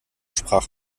sprach